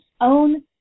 own